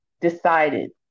decided